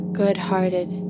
good-hearted